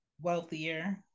wealthier